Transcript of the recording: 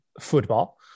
football